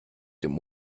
dem